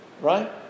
right